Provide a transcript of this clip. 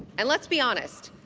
and let's be honest.